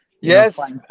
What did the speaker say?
yes